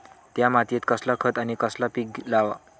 त्या मात्येत कसला खत आणि कसला पीक लाव?